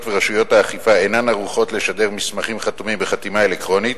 היות שרשויות האכיפה אינן ערוכות לשדר מסמכים חתומים בחתימה אלקטרונית,